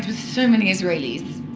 so many israelis.